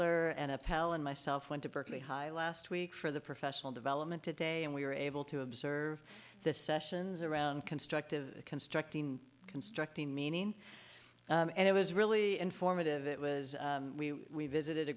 ler and a pal and myself went to berkeley high last week for the professional development today and we were able to observe the sessions around constructive constructing constructing meaning and it was really informative it was we visited a